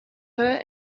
her